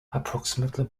approximately